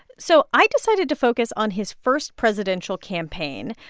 so i decided to focus on his first presidential campaign.